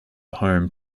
home